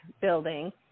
building